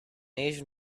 asian